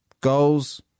Goals